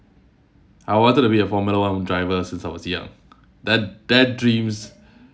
I wanted to be a formula one driver since I was young that that dreams